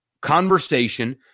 conversation